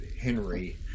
Henry